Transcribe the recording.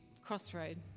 crossroad